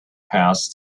passed